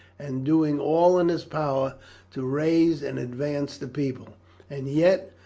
and doing all in his power to raise and advance the people and yet,